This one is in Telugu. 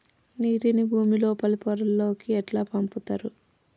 నీటిని భుమి లోపలి పొరలలోకి ఎట్లా పంపుతరు?